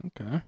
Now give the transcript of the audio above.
Okay